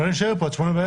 לא נישאר פה עד 20:00 בערב.